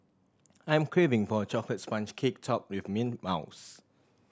I'm craving for a chocolate sponge cake topped with mint mouse